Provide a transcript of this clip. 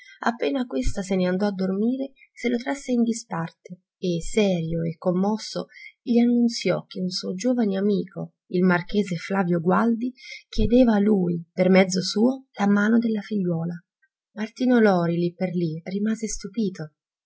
appena questa se ne andò a dormire se lo trasse in disparte e serio e commosso gli annunziò che un suo giovane amico il marchese flavio gualdi chiedeva a lui per suo mezzo la mano della figliuola martino lori lì per lì rimase stupito